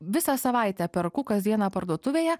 visą savaitę perku kasdieną parduotuvėje